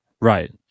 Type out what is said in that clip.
Right